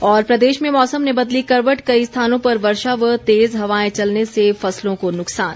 और प्रदेश में मौसम ने बदली करवट कई स्थानों पर वर्षा व तेज हवाएं चलने से फसलों को नुकसान